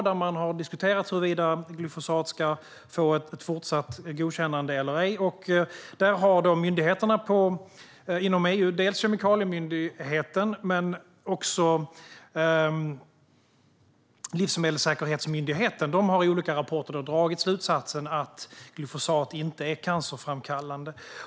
Där har man diskuterat huruvida glyfosat ska få ett fortsatt godkännande eller ej. Myndigheterna inom EU, dels kemikaliemyndigheten, dels livsmedelssäkerhetsmyndigheten, har i olika rapporter dragit slutsatsen att glyfosat inte är cancerframkallande.